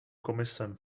komise